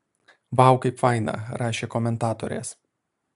vau kaip faina rašė komentatorės